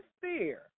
fear